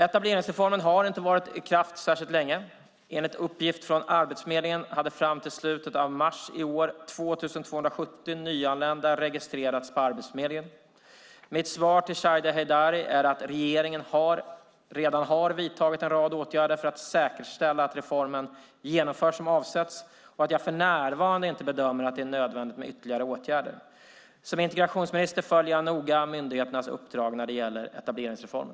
Etableringsreformen har inte varit i kraft särskilt länge. Enligt uppgift från Arbetsförmedlingen hade fram till slutet av mars i år 2 270 nyanlända registrerats på Arbetsförmedlingen. Mitt svar till Shadiye Heydari är att regeringen redan har vidtagit en rad åtgärder för att säkerställa att reformen genomförs som avsetts och att jag för närvarande inte bedömer att det är nödvändigt med ytterligare åtgärder. Som integrationsminister följer jag noga myndigheternas uppdrag när det gäller etableringsreformen.